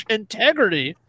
integrity